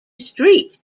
street